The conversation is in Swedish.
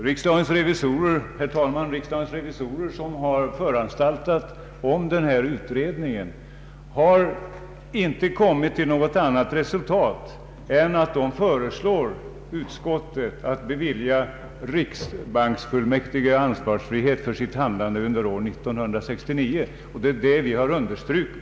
Herr talman! Riksdagens revisorer, som har föranstaltat om den utredning det här gäller, har inte kommit till något annat resultat än att de föreslår utskottet att bevilja riksbanksfullmäktige ansvarsfrihet för sitt handlande under år 1969 — och det är detta vi har understrukit.